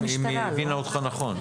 דניאל, היא שואלת אם היא הבינה אותך נכון.